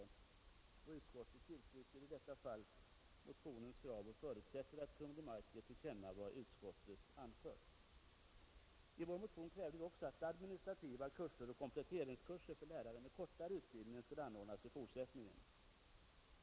Utskottet understryker även i detta fall motionens krav och förutsätter att riksdagen för Kungl. Maj:t ger till känna vad utskottet anfört. I vår motion krävde vi också att administrativa kurser och kompletteringskurser för lärare med kortare utbildning skulle anordnas i fortsättningen.